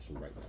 right